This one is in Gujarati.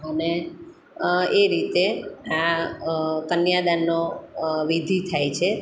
અને એ રીતે આ કન્યાદાનનો વિધિ થાય છે